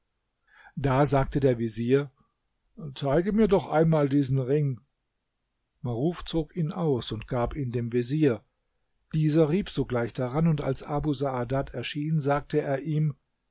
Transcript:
da sagte der vezier zeige mir doch einmal diesen ring maruf zog ihn aus und gab ihn dem vezier dieser rieb sogleich daran und als abu saadat erschien sagte er ihm